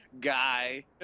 Guy